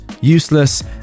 useless